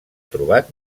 trobat